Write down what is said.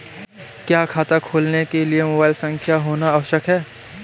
क्या खाता खोलने के लिए मोबाइल संख्या होना आवश्यक है?